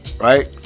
right